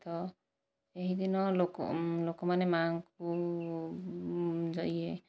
ତ ଏହିଦିନ ଲୋକମାନେ ମା' ଙ୍କୁ ଯାଇ